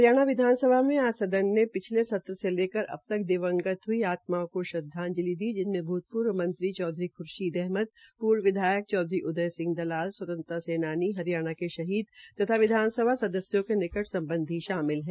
हरियाणा विधानसभा में आज सदन ने पिछले सत्र से लेकर अबतक दिवंगत हई आत्माओं को श्रद्वांजलि दी जिनमें भूतपूर्व चौधरी ख्रशीद अहमद पूर्व विधायक चौधरी उदय सिंह दलाल स्वतंत्रता सेनानी हरियणा के हरियाणा के शहीद तथा विधानसभा सदस्यों के निकट सम्बधी शामिल है